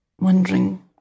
wondering